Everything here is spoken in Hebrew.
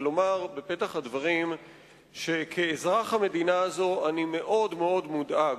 ולומר בפתח הדברים שכאזרח המדינה הזאת אני מאוד מאוד מודאג